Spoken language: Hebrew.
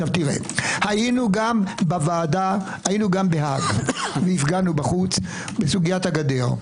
היינו גם בהאג והפגנו בחוץ בסוגית הגדר.